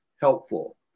helpful